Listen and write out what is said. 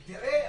ותראה,